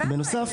בנוסף,